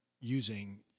using